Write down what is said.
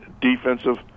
defensive